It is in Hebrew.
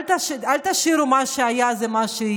אל תשאירו את מה שהיה, שזה מה שיהיה,